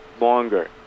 longer